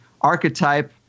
archetype